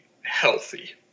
healthy